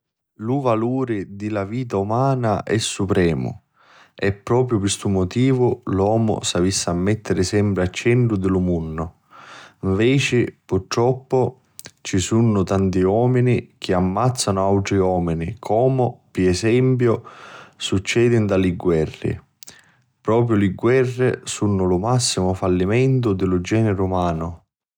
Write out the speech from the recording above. Lu valuri di la vita umana è supremu. e propriu pi stu mutivu l'omu s'avissi a mettiri sempri a centru di lu munnu. Nveci, purtroppu, ci sunnu tanti omini chi ammazzanu ad autri omini comu, pi esempiu, succedi nta li guerri. Propriu li guerri sunnu lu massimu fallimentu di lu geniri umanu.